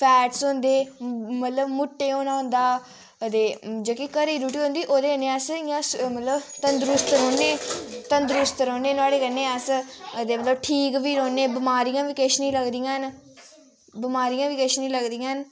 fats होंदे मतलब मुट्टे होना होंदा अदे जेह्की घरै दी रुट्टी होंदी ओह्दे कन्नै अस इयां मतलब तंदरुस्त रौह्नें तंदरुस्त रोह्नें नुआड़े कन्नै अस ते मतलब ठीक बी रौह्ने बमारियां बी किश नी लगदियां हैन बमारियां बी किश नी लगदियां हैन